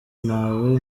mpawe